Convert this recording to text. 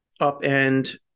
upend